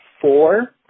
four